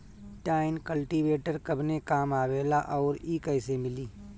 Tine cultivator कवने काम आवेला आउर इ कैसे मिली?